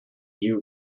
you